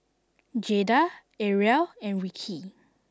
Jaeda Arielle and Ricki